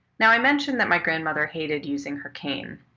now i mentioned that my grandmother hated using her cane.